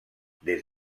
des